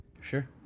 Sure